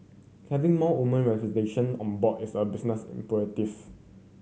having more woman representation on board is a business imperative